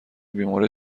بیمورد